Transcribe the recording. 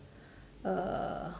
uh